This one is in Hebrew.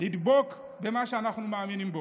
נדבוק במה שאנחנו מאמינים בו.